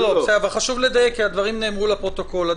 חשוב לדייק, כי הדברים נאמרו לפרוטוקול.